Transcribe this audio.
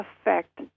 affect